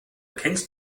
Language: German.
kennst